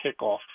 kickoff